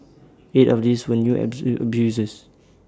eight of these when you as A new abusers